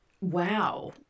wow